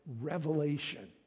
revelation